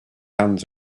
hands